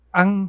ang